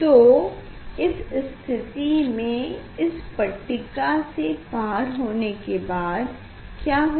तो इस स्थिति में इस पट्टिका से पार होने के बाद क्या होगा